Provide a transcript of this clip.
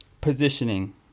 positioning